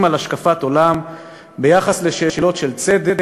על השקפת עולם ביחס לשאלות של צדק,